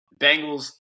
Bengals